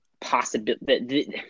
possibility –